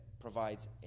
provides